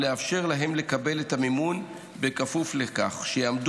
ולאפשר להם לקבל את המימון בכפוף לכך שיעמד